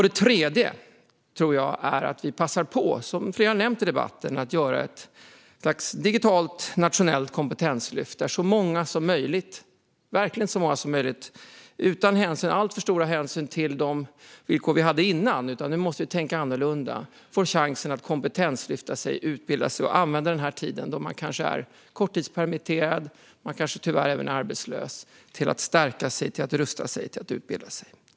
Det tredje är att vi passar på att göra ett slags digitalt, nationellt kompetenslyft där så många som möjligt, utan alltför stora hänsyn till de villkor vi hade tidigare, får chansen att kompetenslyfta sig, utbilda sig och använda denna tid då de kanske är korttidspermitterade eller arbetslösa till att stärka sig, rusta sig och utbilda sig.